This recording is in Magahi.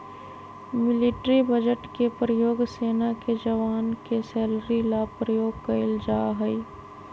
मिलिट्री बजट के प्रयोग सेना के जवान के सैलरी ला प्रयोग कइल जाहई